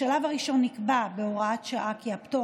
בשלב הראשון נקבע בהוראת שעה כי הפטור